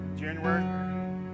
January